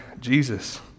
Jesus